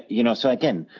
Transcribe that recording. you know, so again,